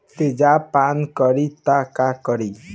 तेजाब पान करी त का करी?